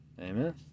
amen